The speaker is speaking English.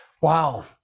Wow